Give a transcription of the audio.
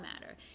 matter